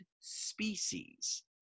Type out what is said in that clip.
species